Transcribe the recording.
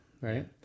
right